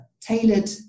tailored